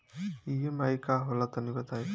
EMI का होला तनि बताई?